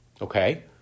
Okay